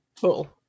cool